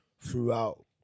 throughout